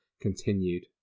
continued